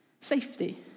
safety